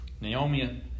naomi